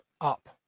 up